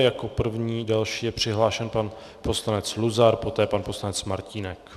Jako první další je přihlášen pan poslanec Luzar, poté pan poslanec Martínek.